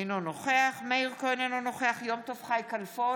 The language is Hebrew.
אינו נוכח מאיר כהן, אינו נוכח יום טוב חי כלפון,